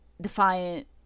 defiant